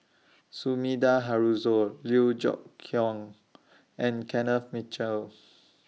Sumida Haruzo Liew Geok Leong and Kenneth Mitchell